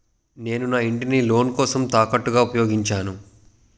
నేను నా ఇంటిని లోన్ కోసం తాకట్టుగా ఉపయోగించాను